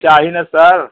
चाही ना सर